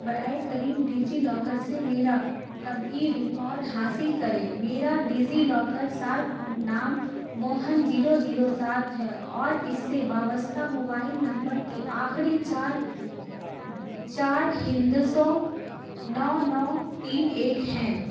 براہ کرم DigiLocker سے میرا طبعی ریکارڈ حاصل کرے میرا ڈیزی لاکر صارف نام موہن جیرو جیرو سات ہے اور اس سے وابستہ موبائل نمبر کے آخری چار چار ہندسوں نو نو تین ایک ہیں